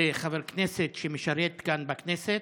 זה חבר כנסת, שמשרת כאן בכנסת,